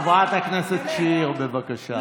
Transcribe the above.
חברת הכנסת שיר, בבקשה.